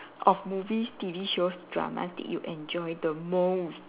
of movie T_V shows dramas did you enjoy the most